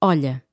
Olha